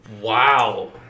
Wow